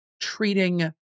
treating